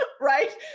right